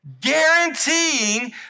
guaranteeing